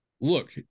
look